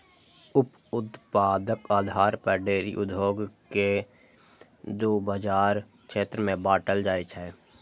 उप उत्पादक आधार पर डेयरी उद्योग कें दू बाजार क्षेत्र मे बांटल जाइ छै